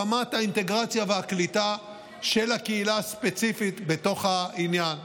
רמת האינטגרציה והקליטה של הקהילה הספציפית בתוך העניין.